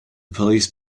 police